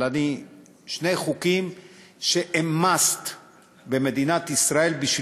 אבל שני חוקים הם must במדינת ישראל בשביל